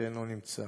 שאינו נמצא,